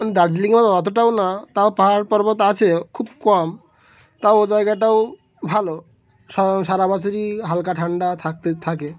দার্জিলিংয়ের মতো অতটাও না তাও পাহাড় পর্বত আছে খুব কম তাও ও জায়গাটাও ভালো সারা বছরই হালকা ঠান্ডা থাকতে থাকে